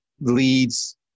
leads